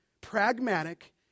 pragmatic